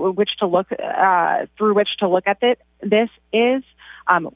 which to look through which to look at that this is